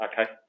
Okay